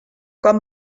quan